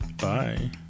Bye